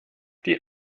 die